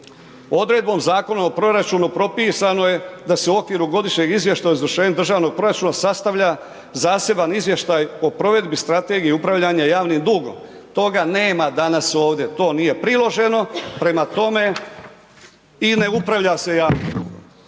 odredbom Zakona o proračunu propisano je da se u okviru godišnjeg izvještaja o izvršenju državnog proračuna sastavlja zaseban izvještaj o provedbi strategije upravljanja javnim dugom, toga nema danas ovdje, to nije priloženo, prema tome i ne upravlja se javnim dugom.